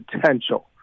potential